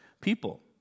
people